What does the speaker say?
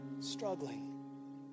struggling